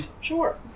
Sure